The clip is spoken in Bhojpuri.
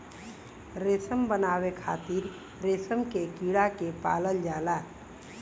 रेशम बनावे खातिर रेशम के कीड़ा के पालल जाला